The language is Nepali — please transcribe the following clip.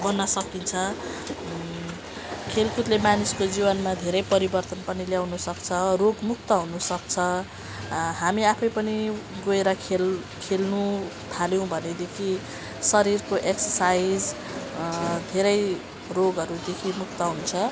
बन्न सकिन्छ खेलकूदले मानिसको जीवनमा धेरै परिवर्तन पनि ल्याउनसक्छ रोग मुक्त हुनसक्छ हामी आफै पनि गएर खेल खेल्नथाल्यौँ भनेदेखि शरीरको एक्ससाइज धेरै रोगहरूदेखि मुक्त हुन्छ